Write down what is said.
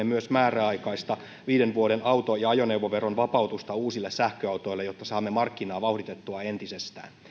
myös määräaikaista viiden vuoden auto ja ajoneuvoveron vapautusta uusille sähköautoille jotta saamme markkinaa vauhditettua entisestään